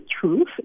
truth